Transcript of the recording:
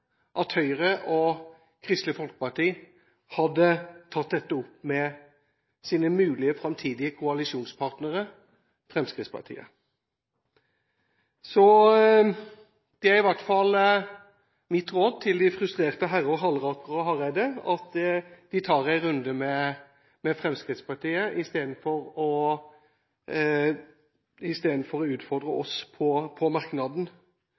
at Høyre og Kristelig Folkeparti tok dette opp med sin eventuelt framtidige koalisjonspartner Fremskrittspartiet. Det er i hvert fall mitt råd til de frustrerte herrer Halleraker og Hareide: Ta en runde med Fremskrittspartiet, istedenfor å utfordre oss på merknaden.